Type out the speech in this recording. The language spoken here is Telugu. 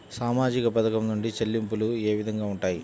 సామాజిక పథకం నుండి చెల్లింపులు ఏ విధంగా ఉంటాయి?